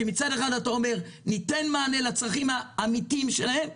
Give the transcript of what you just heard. כאשר מצד אחד אומרים: ניתן מענה לצרכים האמיתיים שלהם,